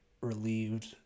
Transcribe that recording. relieved